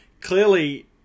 clearly